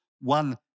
one